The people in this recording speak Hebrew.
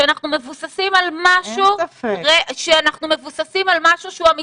שאנחנו מבוססים על משהו שהוא אמתי.